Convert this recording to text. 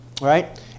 Right